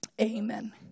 Amen